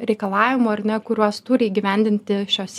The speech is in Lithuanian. reikalavimo ar ne kuriuos turi įgyvendinti šios